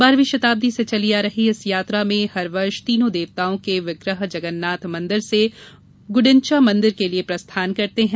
बारहवीं शताब्दी से चली आ रही इस यात्रा में हर वर्ष तीनों देवताओं के विग्रह जगन्नाथ मंदिर से गुडिंचा मंदिर के लिये प्रस्थान करते हैं